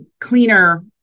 cleaner